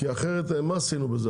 כי אחרת, מה עשינו בזה?